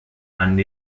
and